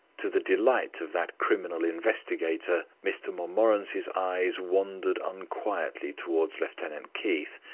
to the delight of that criminal investigator, mr montmorency's eyes wandered unquietly towards lieutenant keith,